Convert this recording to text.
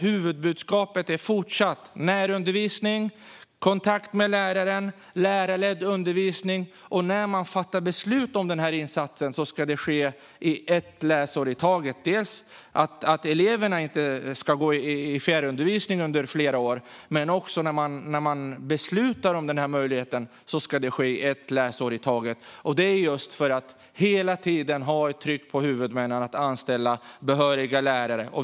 Huvudbudskapet är fortfarande närundervisning, kontakt med läraren och lärarledd undervisning. Och när man fattar beslut om den här insatsen ska det ske ett läsår i taget. Detta för att eleverna inte ska ha fjärrundervisning i flera år men också för att hela tiden ha ett tryck på huvudmännen att anställa behöriga lärare.